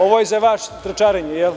Ovo je za vas tračarenje, jel?